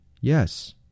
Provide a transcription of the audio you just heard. Yes